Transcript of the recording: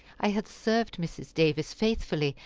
i had served mrs. davis faithfully,